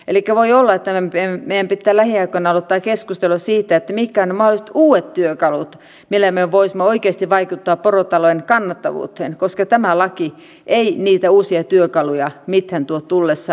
elikkä voi olla että meidän pitää lähiaikoina aloittaa keskustelua siitä mitkä ovat ne mahdolliset uudet työkalut millä me voisimme oikeasti vaikuttaa porotalouden kannattavuuteen koska tämä laki ei mitään uusia työkaluja tuo tullessaan